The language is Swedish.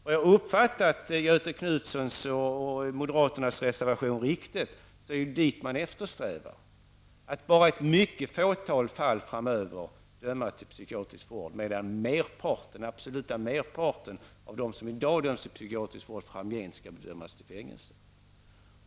Har jag uppfattat Göthe Knutsons och moderaternas reservation riktigt, så är det vad man eftersträvar -- att bara ett fåtal fall framöver skall dömas till psykiatrisk vård, medan den absoluta merparten av dem som i dag döms till psykiatrisk vård framgent skall dömas till fängelse.